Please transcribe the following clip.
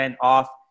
off